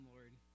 Lord